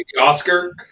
Oscar